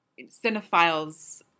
cinephiles